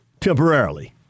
Temporarily